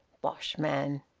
bosh, man!